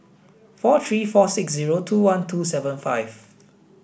four three four six zero two one two seven five